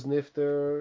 Nifter